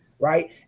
Right